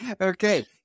Okay